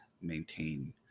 maintain